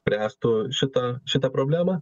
spręstų šitą šitą problemą